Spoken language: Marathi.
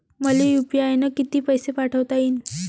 मले यू.पी.आय न किती पैसा पाठवता येईन?